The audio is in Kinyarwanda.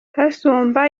kasumba